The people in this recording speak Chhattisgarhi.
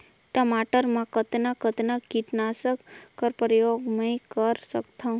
टमाटर म कतना कतना कीटनाशक कर प्रयोग मै कर सकथव?